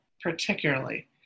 particularly